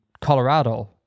Colorado